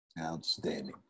Outstanding